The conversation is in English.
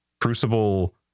Crucible